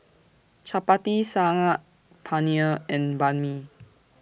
Chapati Saag Paneer and Banh MI